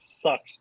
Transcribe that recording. sucks